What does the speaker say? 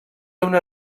una